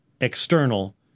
external